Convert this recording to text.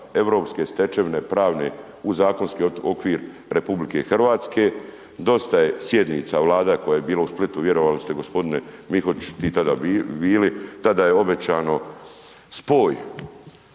europske stečevine pravne u zakonski okvir RH, dosta je sjednica Vlada koja je bila u Splitu vjerovali ste gospodine Mikoć i tada bili, tada je obećano spoj